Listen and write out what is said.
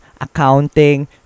accounting